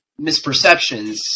misperceptions